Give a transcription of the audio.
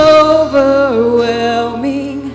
overwhelming